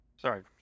sorry